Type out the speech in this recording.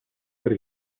per